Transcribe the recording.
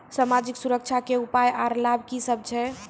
समाजिक सुरक्षा के उपाय आर लाभ की सभ छै?